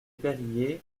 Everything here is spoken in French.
perriers